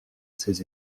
ses